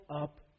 up